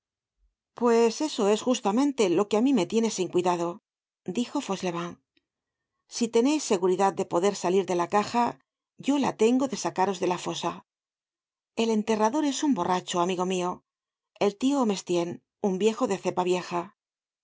pues eso es justamente lo que á mí me tiene sin cuidado dijo fauchelevent si teneis seguridad de poder salir de la caja yo la tengo de sacaros de la fosa el enterrador es un borracho amigo mio el tio mestienne un viejo de cepa vieja el